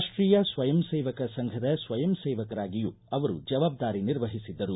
ರಾಷ್ವೀಯ ಸ್ವಯಂ ಸೇವಕ ಸಂಘದ ಸ್ವಯಂ ಸೇವಕರಾಗಿಯೂ ಅವರು ಜವಾಬ್ದಾರಿ ನಿರ್ವಹಿಸಿದ್ದರು